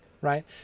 right